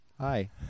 Hi